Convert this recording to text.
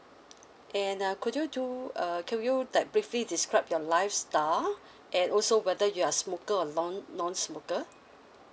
and uh could you do uh could you like briefly describe your lifestyle and also whether you are smoker or non non-smoker